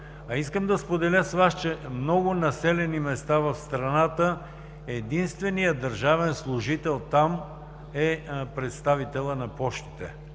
Искам да споделя с Вас, че в много населени места в страната единственият държавен служител е представителят на пощите.